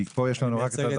כי פה יש לנו רק מהדרום.